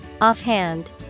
Offhand